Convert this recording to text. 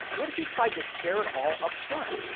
what if we tried to share it all up front.